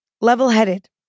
level-headed